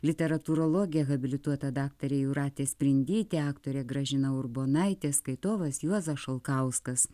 literatūrologe habilituota daktarė jūratė sprindytė aktorė gražina urbonaitė skaitovas juozas šalkauskas